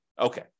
Okay